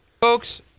Folks